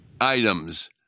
items